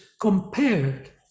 compared